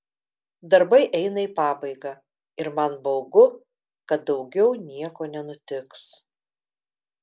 darbai eina į pabaigą ir man baugu kad daugiau nieko nenutiks